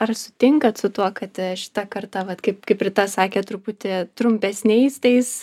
ar sutinkat su tuo kad šitą kartą vat kaip kaip rita sakė truputį trumpesniais tais